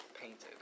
painted